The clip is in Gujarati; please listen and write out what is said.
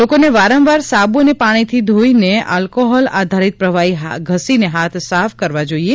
લોકોને વારંવાર સાબુ અને પાણીથી ધોઈને કે આલ્કાહોલ આધારિત પ્રવાહી ઘસીને હાથ સાફ કરવા જોઈએ